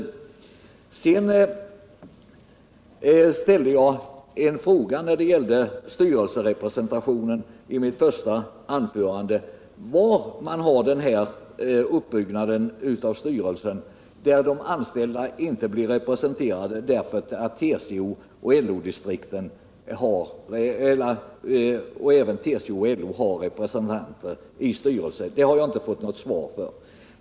I mitt första anförande ställde jag en fråga när det gällde styrelserepresentationen: Var har man en sådan uppbyggnad av styrelsen att de anställda inte blir representerade därför att även TCO och LO har representanter i styrelsen? Den har jag inte fått något svar på.